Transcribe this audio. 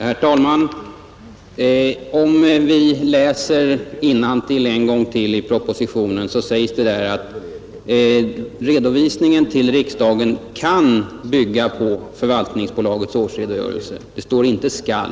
Herr talman! Än en gång läser jag innantill i propositionen, Där säges det att redovisningen till riksdagen ”kan bygga på förvaltningsbolagets årsredogörelse”. Det står inte ”skall”.